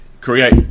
create